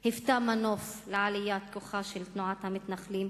היוותה מנוף לעליית כוחה של תנועת המתנחלים,